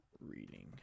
reading